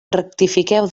rectifiqueu